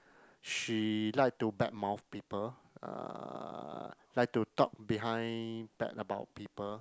she like to badmouth people uh like to talk behind back about people